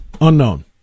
Unknown